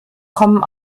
kommen